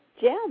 Jim